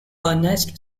earnest